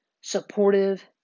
supportive